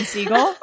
Siegel